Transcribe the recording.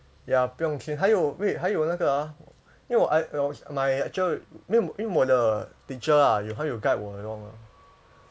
ya 不用 clean 还有 wait 还有那个啊因为我 I was my lecture 因为因为我的 teacher ah 有还有 guide 我 along lah